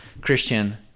Christian